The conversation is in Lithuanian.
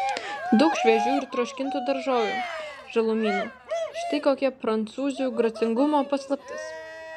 daug šviežių ir troškintų daržovių žalumynų štai kokia prancūzių gracingumo paslaptis